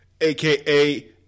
AKA